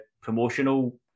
promotional